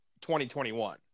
2021